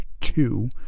two